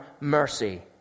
mercy